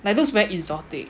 like looks very exotic